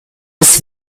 des